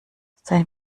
sein